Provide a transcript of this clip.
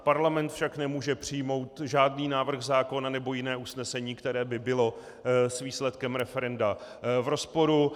Parlament však nemůže přijmout žádný návrh zákona nebo jiné usnesení, které by bylo s výsledkem referenda v rozporu.